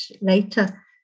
later